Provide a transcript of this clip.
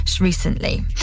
recently